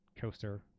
coaster